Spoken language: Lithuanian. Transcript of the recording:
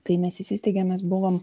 kai mes įsisteigėm mes buvom